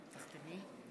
(חותמת על ההצהרה)